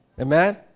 Amen